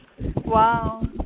Wow